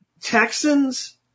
Texans